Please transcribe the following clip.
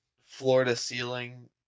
floor-to-ceiling